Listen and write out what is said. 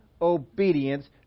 obedience